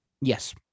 Yes